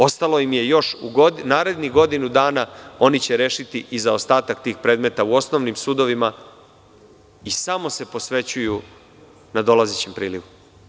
Ostalo im je još u narednih godinu dana da reše i zaostatak tih predmeta u osnovnim sudovima i samo će se posvetiti nadolazećem prilivu.